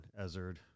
Ezard